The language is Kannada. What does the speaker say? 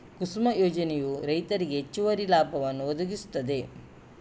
ಕುಸುಮ ಯೋಜನೆಯು ರೈತರಿಗೆ ಹೆಚ್ಚುವರಿ ಲಾಭವನ್ನು ಒದಗಿಸುತ್ತದೆ